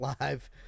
live